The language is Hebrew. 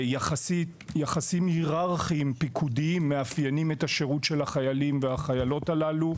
יחסים היררכיים פיקודיים מאפיינים את השירות של החיילים והחיילות הללו,